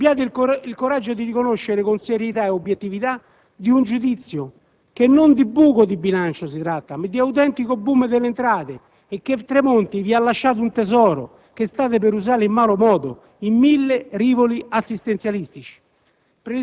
Abbiate il coraggio di riconoscere con serietà ed obiettività di giudizio che non di buco di bilancio si tratta ma di autentico *boom* delle entrate e che Tremonti vi ha lasciato un tesoro, che state per usare in malo modo, in mille rivoli assistenzialistici.